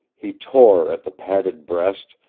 he tore at the padded breast,